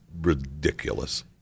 ridiculous